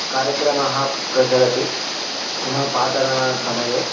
कार्यक्रमाः प्रचलन्ति मम पाठनसमये